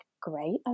great